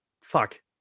fuck